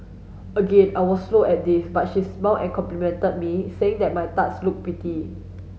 again I was slow at this but she smiled and complimented me saying that my tarts looked pretty